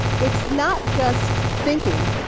it's not just thinking,